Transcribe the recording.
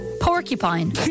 porcupine